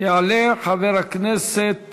יעלה חבר הכנסת